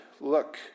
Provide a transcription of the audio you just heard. Look